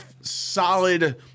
solid